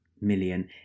million